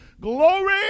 Glory